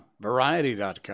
Variety.com